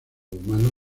humanos